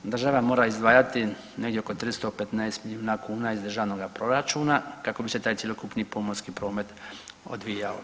Država mora izdvajati negdje oko 315 milijuna kuna iz državnoga proračuna kako bi se taj cjelokupni pomorski promet odvijao.